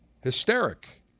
Hysteric